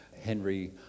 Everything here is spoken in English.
Henry